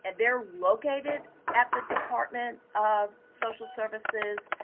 and they're located at the department of social services,